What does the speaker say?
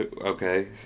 Okay